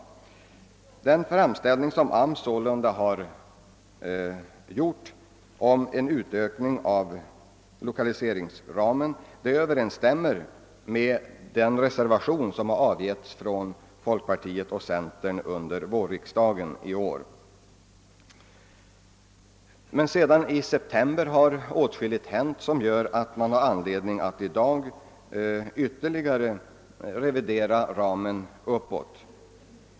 Arbeismarknadsstyrelsens framställning om en ökning av lokaliseringsramen överensstämmer med den reservation som avgavs av folkpartiet och centern under vårriksdagen i år. Sedan september månad har emellertid åtskilligt hänt som gör att man i dag har anledning att ytterligare revidera och utöka ramen, vilket vi föreslår i vår reservation.